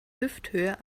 hüfthöhe